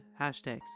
hashtags